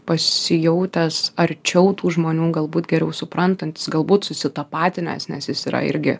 pasijautęs arčiau tų žmonių galbūt geriau suprantantis galbūt susitapatinęs nes jis yra irgi